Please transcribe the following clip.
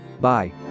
Bye